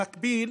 במקביל